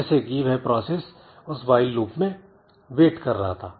जैसे कि वह प्रोसेस उस व्हाईल लूप में वेट कर रहा था